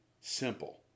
Simple